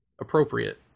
appropriate